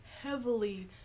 heavily